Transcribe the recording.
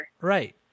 right